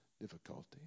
difficulty